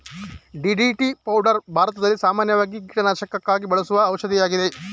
DDT powder ಭಾರತದಲ್ಲಿ ಸಾಮಾನ್ಯವಾಗಿ ಕೀಟನಾಶಕಕ್ಕಾಗಿ ಬಳಸುವ ಔಷಧಿಯಾಗಿದೆ